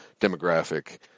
demographic